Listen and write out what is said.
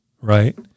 right